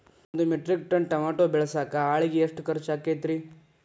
ಒಂದು metric tonne tomato ಬೆಳಸಾಕ್ ಆಳಿಗೆ ಎಷ್ಟು ಖರ್ಚ್ ಆಕ್ಕೇತ್ರಿ?